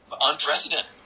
unprecedented